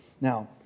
Now